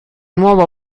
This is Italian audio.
nuova